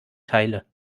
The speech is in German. teile